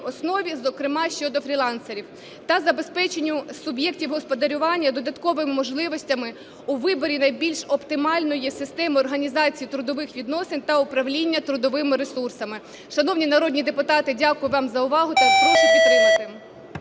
основі, зокрема, щодо фрілансерів, та забезпеченню суб'єктів господарювання додатковими можливостями у виборі найбільш оптимальної системи організації трудових відносин та управління трудовими ресурсами. Шановні народні депутати, дякую вам за увагу та прошу підтримати.